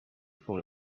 from